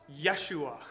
Yeshua